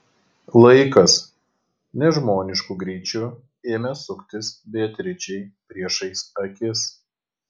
laikas nežmonišku greičiu ėmė suktis beatričei priešais akis